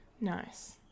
Nice